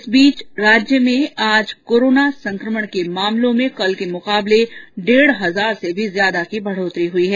इस बीच राज्य में आज कोरोनाप संकमण के मामलों में कल के मुकाबले डेढ़ हजार से भी ज्यादा की बढ़ोतरी हुई है